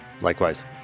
Likewise